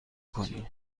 کنی